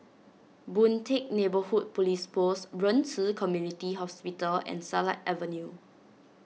Boon Teck Neighbourhood Police Post Ren Ci Community Hospital and Silat Avenue